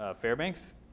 Fairbanks